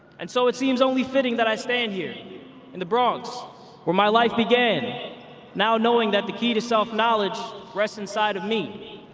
and so it seems only fitting that i stand here in the bronx where my life began now knowing that the key to self-knowledge rests inside of me,